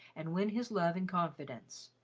and win his love and confidence.